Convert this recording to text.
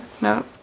No